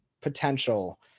potential